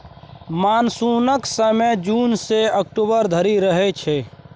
मानसुनक समय जुन सँ अक्टूबर धरि रहय छै